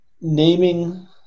naming